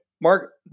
Mark